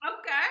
Okay